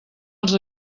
els